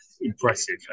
impressive